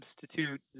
substitute